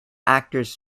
actors